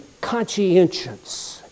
conscientious